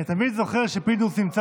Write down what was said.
אני תמיד זוכר שפינדרוס נמצא